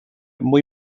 muy